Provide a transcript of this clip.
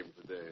today